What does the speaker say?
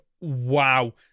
wow